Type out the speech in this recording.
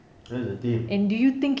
that's the thing